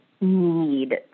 need